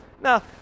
Now